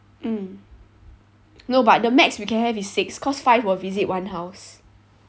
mm no but the max we can have is six cause five will visit one house